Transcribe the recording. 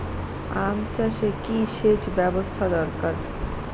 আম চাষে কি সেচ ব্যবস্থা দরকার?